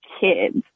kids